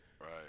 Right